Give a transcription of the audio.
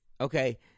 okay